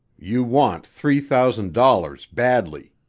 you want three thousand dollars badly!